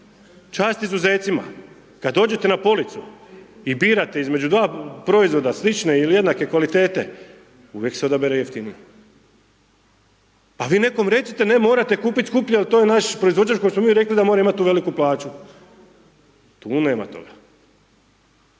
Čast izuzecima, kad dođete na policu i birate između dva proizvoda slične ili jednake kvalitete uvijek se odabere jeftiniji. A vi nekom recite, ne morate kupiti skuplje jer to je naš proizvođač kojem smo mi rekli da mora imati tu veliku plaću, tu nema toga.